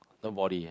nobody eh